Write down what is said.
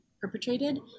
perpetrated